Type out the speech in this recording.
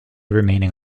remaining